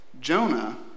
Jonah